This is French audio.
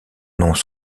noms